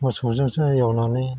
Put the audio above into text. मोसौजोंसो एवनानै